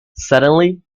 suddenly